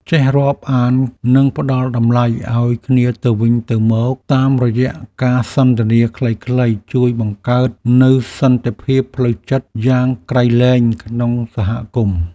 ចេះរាប់អាននិងផ្ដល់តម្លៃឱ្យគ្នាទៅវិញទៅមកតាមរយៈការសន្ទនាខ្លីៗជួយបង្កើតនូវសន្តិភាពផ្លូវចិត្តយ៉ាងក្រៃលែងក្នុងសហគមន៍។